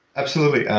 absolutely.